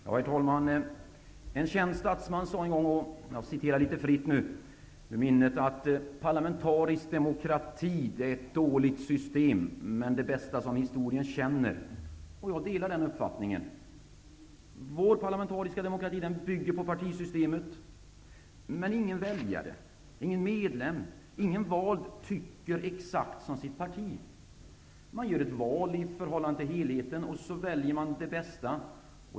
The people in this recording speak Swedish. Herr talman! Låt mig citera litet fritt vad en känd statsman sade en gång: ''Parlamentarisk demokrati är ett dåligt system, men det bästa som historien känner.'' Jag delar den uppfattningen. Vår parlamentariska demokrati bygger på partisystemet. Men ingen väljare, ingen medlem och ingen vald tycker exakt som sitt parti. Man gör ett val i förhållande till helheten, och sedan väljer man det bästa.